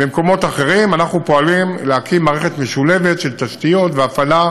במקומות אחרים אנחנו פועלים להקים מערכת משולבת של תשתיות והפעלה